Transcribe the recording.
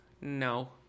No